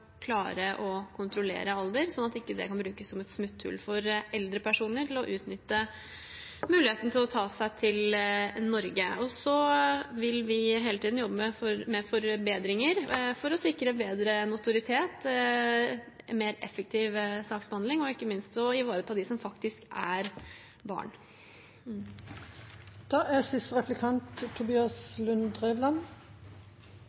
klare å kontrollere alder, slik at ikke det kan brukes som et smutthull for eldre personer til å utnytte muligheten til å ta seg til Norge. Vi vil hele tiden jobbe med forbedringer for å sikre bedre notoritet, mer effektiv saksbehandling og ikke minst ivareta dem som faktisk er barn.